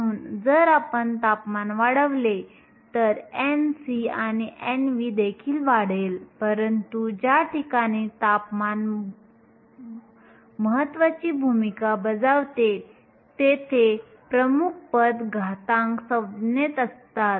म्हणून जर आपण तापमान वाढवले तर Nc आणि Nv देखील वाढेल परंतु ज्या ठिकाणी तापमान भूमिका बजावते तेथे प्रमुख पद घातांक संज्ञेत असते